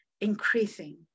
increasing